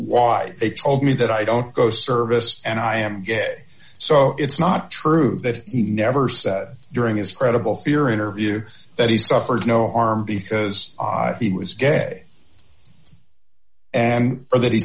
why they told me that i don't go service and i am so it's not true that he never said during his credible fear interview that he suffered no harm because he was gay and for that he